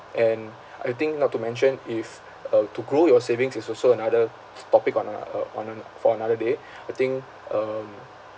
and I think not to mention if uh to grow your savings is also another t~ topic on uh uh on uh for another day I think um